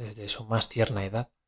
desde su más tierna edad